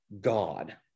God